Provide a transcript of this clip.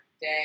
day